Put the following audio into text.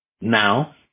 Now